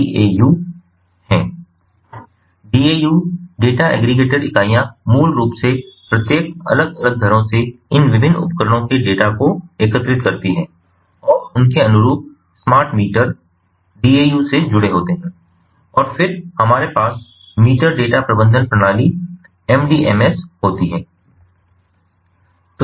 DAUs data aggregator इकाइयाँ मूल रूप से प्रत्येक अलग अलग घरों से इन विभिन्न उपकरणों के डेटा को एकत्रित करती हैं और उनके अनुरूप स्मार्ट मीटर DAUs से जुड़े होते हैं और फिर हमारे पास मीटर डेटा प्रबंधन प्रणाली MDMS होती है